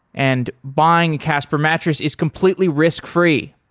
and buying casper mattress is completely risk-free.